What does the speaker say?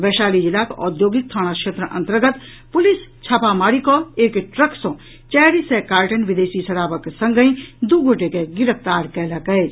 वैशाली जिलाक औद्योगिक थाना क्षेत्र अन्तर्गत पुलिस छापामारी कऽ एक ट्रक सँ चारि सय कार्टन विदेशी शराबक संगहि दू गोटे के गिरफ्तार कयलक अछि